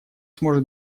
сможет